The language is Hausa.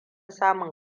samun